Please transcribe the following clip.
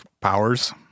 powers